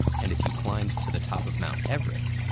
and if you climbed to the top of mount everest,